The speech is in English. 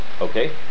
Okay